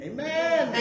Amen